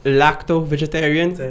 lacto-vegetarian